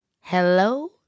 Hello